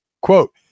Quote